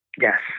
Yes